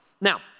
Now